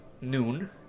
noon